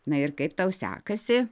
na ir kaip tau sekasi